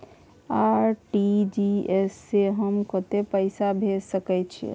RTG S स हम कत्ते पैसा भेज सकै छीयै?